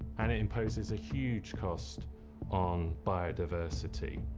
and it imposes a huge cost on biodiversity.